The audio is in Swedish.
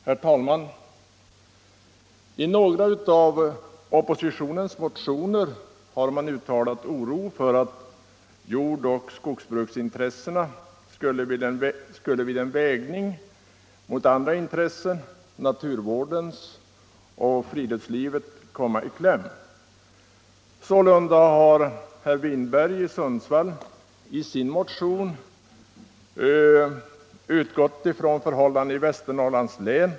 Herr talman! I några av oppositionens motioner har man uttalat oro för att jordoch skogsintressena vid en vägning mot andra intressen — naturvårdens och friluftslivets — skulle komma i kläm. Sålunda har herr Winberg i Sundsvall i sin motion utgått från förhållandena i Västernorrlands län.